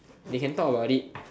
they can talk about it